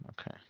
okay